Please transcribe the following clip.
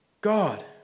God